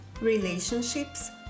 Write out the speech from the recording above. relationships